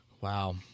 Wow